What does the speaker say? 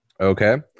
Okay